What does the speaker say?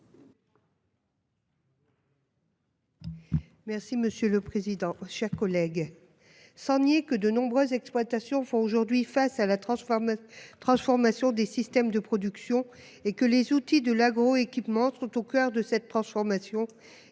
Merci monsieur le président, chers collègues. Sans nier que de nombreuses exploitations font aujourd'hui face à la transforme transformation des systèmes de production et que les outils de l'agro-équipement sont au coeur de cette transformation,